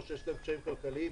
או שיש להם קשיים כלכליים,